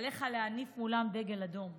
עליך להניף מולם דגל אדום.